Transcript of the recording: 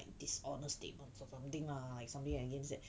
dishonest statements or something lah like something against that